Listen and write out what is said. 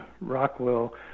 Rockwell